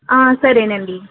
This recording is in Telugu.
సరేనండి